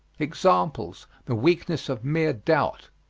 examples. the weakness of mere doubt.